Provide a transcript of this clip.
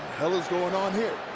hell is going on here?